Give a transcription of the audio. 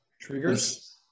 Triggers